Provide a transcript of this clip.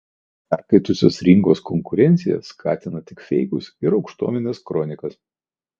perkaitusios rinkos konkurencija skatina tik feikus ir aukštuomenės kronikas